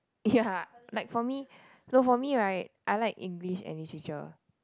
ya like for me no for me right I like English and Literature